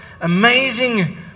amazing